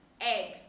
egg